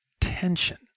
tension